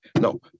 no